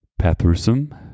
Pathrusum